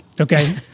okay